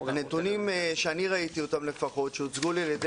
הנתונים שאני ראיתי שהוצגו לי על ידי